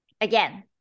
again